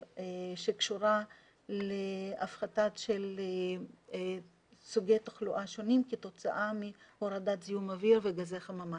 שקשורה להפחתה של סוגי תחלואה שונים כתוצאה מהורדת זיהום אוויר וגזי חממה.